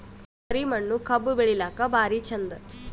ಕರಿ ಮಣ್ಣು ಕಬ್ಬು ಬೆಳಿಲ್ಲಾಕ ಭಾರಿ ಚಂದ?